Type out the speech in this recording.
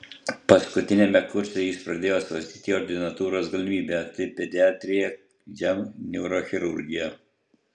paskutiniame kurse jie pradėjo svarstyti ordinatūros galimybę jai pediatrija jam neurochirurgija